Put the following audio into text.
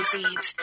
Seeds